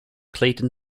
clayton